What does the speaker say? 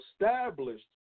established